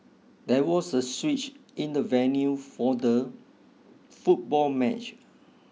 there was a switch in the venue for the football match